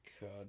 God